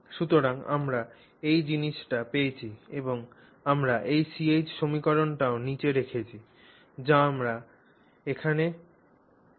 সুতরাং আমরা এই জিনিসটি পেয়েছি এবং আমরা এই Ch সমীকরণটিও নীচে রেখেছি যা আমাদের এখানে ছিল